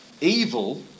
evil